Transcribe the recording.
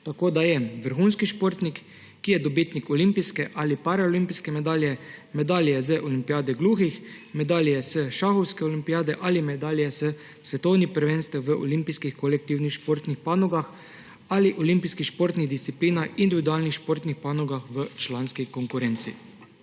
tako da je vrhunski športnik, ki je dobitnik olimpijske ali paraolimpijske medalje, medalje z olimpijade gluhih, medalje s šahovske olimpijade ali medalje s svetovnih prvenstev v olimpijskih kolektivnih športnih panogah ali olimpijskih športnih disciplinah, individualnih športnih panogah v članski konkurenci.